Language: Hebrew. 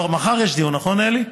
מחר יש דיון, נכון, אלי?